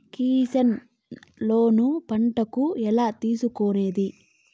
Kisan loan పంటలకు ఎలా తీసుకొనేది?